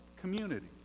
community